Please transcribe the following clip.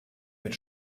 mit